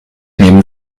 neben